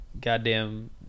goddamn